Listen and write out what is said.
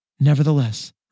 Nevertheless